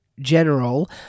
general